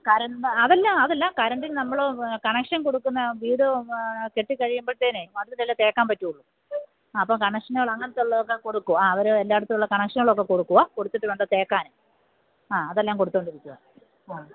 current അതെല്ലാം അതെല്ലാം കറണ്ടിന് നമ്മള് കണക്ഷൻ കൊടുക്കുന്ന വീട് കെട്ടി കഴിയുമ്പം തന്നെ വന്നിട്ടല്ലേ തേക്കാൻ പറ്റുകയുള്ളു അപ്പോൾ കണക്ഷനുകള് അങ്ങനത്തൊള്ളതൊക്കെ കൊടുക്കും ആ അവര് എല്ലായിടത്തും ഉള്ള കണക്ഷനുകള് കൊടുക്കുക കൊടുത്തിട്ട് വേണ്ടേ തേക്കാന് ആ അതെല്ലാം കൊടുത്തുകൊണ്ട് ഇരിക്കുകയാണ് ആ